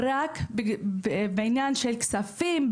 רק בעניין של כספים,